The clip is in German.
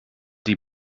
die